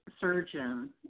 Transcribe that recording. surgeon